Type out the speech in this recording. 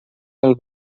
del